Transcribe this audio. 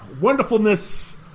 wonderfulness